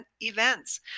events